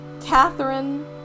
Catherine